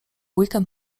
weekend